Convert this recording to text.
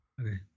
okay